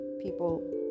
people